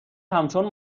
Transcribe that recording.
همچون